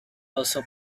also